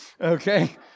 okay